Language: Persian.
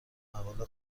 مقاله